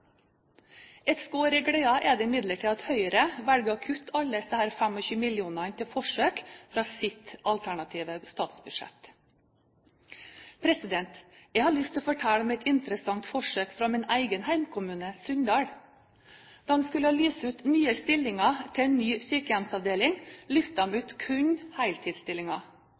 Et skår i gleden er det imidlertid at Høyre velger å kutte alle disse 25 millionene til forsøk i sitt alternative statsbudsjett. Jeg har lyst til å fortelle om et interessant forsøk fra min egen hjemkommune, Sunndal. Da man skulle lyse ut nye stillinger til en ny sykehjemsavdeling, lyste man ut kun